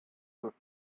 groups